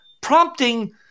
prompting